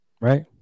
Right